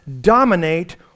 dominate